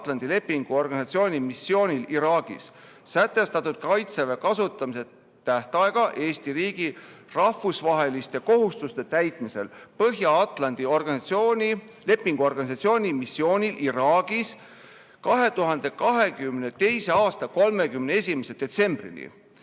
Põhja-Atlandi Lepingu Organisatsiooni missioonil Iraagis" sätestatud Kaitseväe kasutamise tähtaega Eesti riigi rahvusvaheliste kohustuste täitmisel Põhja-Atlandi Lepingu Organisatsiooni missioonil Iraagis 2022. aasta 31. detsembrini